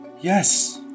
Yes